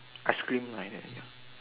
ice cream like that ya